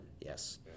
Yes